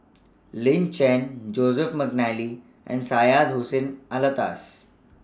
Lin Chen Joseph Mcnally and Hussein Alatas